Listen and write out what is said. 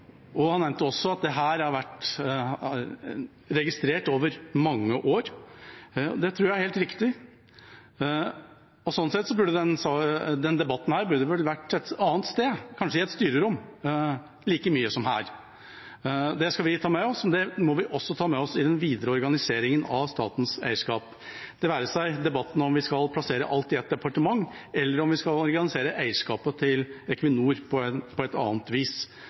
Han nevnte mentalitet, kultur, og at dette har vært registrert over mange år. Det tror jeg er helt riktig. Sånn sett burde vel denne debatten ha vært et annet sted, kanskje i et styrerom, like mye som den burde være her. Det skal vi ta med oss, og det må vi også ta med oss i den videre organiseringen av statens eierskap – det være seg debatten om vi skal plassere alt i ett departement, eller om vi skal organisere eierskapet i Equinor på et annet vis.